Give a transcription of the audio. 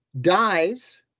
dies